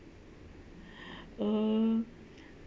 uh